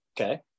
Okay